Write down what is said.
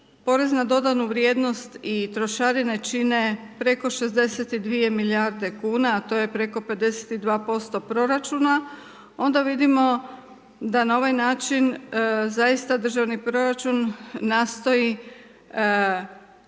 porez na dodanu vrijednost i trošarinu čine preko 62 milijardi kn, a to je preko 52% proračuna, onda vidimo, da n a ovaj način, zaista državni proračun, nastoji,